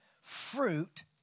fruit